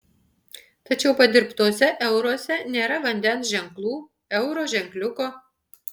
tačiau padirbtuose euruose nėra vandens ženklų euro ženkliuko